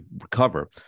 recover